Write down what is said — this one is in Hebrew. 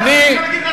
אני,